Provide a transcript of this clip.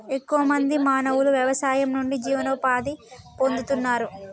ఎక్కువ మంది మానవులు వ్యవసాయం నుండి జీవనోపాధి పొందుతున్నారు